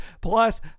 plus